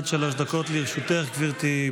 עד שלוש דקות לרשותך, גברתי,